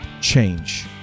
change